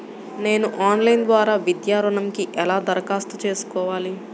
నేను ఆన్లైన్ ద్వారా విద్యా ఋణంకి ఎలా దరఖాస్తు చేసుకోవాలి?